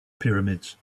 pyramids